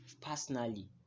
personally